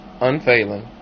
unfailing